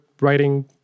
writing